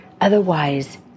otherwise